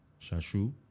Shashu